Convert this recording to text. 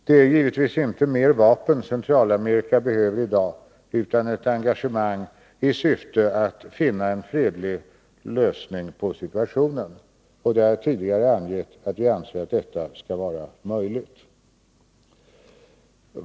Det är givetvis inte mer vapen Centralamerika behöver i dag, utan ett engagemangi syfte att finna en fredlig lösning på problemen. Jag har också tidigare framhållit att vi anser att detta är möjligt.